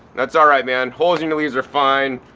that's alright man, holes in the leaves are fine.